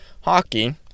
hockey